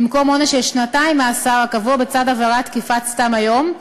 במקום עונש של שנתיים מאסר הקבוע בצד עבירת תקיפת סתם היום,